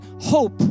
hope